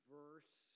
verse